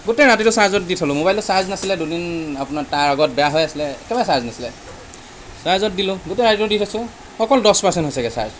গোটেই ৰাতিটো চাৰ্জত দি থ'লোঁ মোবাইলটো চাৰ্জ নাছিলে দুদিন আপোনাৰ তাৰ আগত বেয়া হৈ আছিলে একেবাৰে চাৰ্জ নাছিলে চাৰ্জত দিলোঁ গোটেই ৰাতিটো দি থৈছোঁ অকল দছ পাৰ্চেণ্ট হৈছেগৈ চাৰ্জ